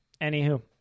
Anywho